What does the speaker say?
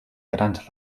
grans